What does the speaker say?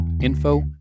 info